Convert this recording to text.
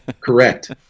Correct